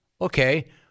okay